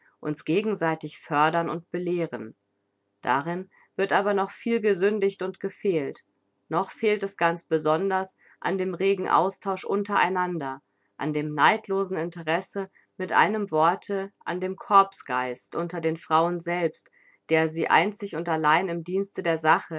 uns gegenseitig fördern und belehren darin wird aber noch viel gesündigt und gefehlt noch fehlt es ganz besonders an dem regen austausch untereinander an dem neidlosen interesse mit einem worte an dem corpsgeist unter den frauen selbst der sie einzig und allein im dienste der sache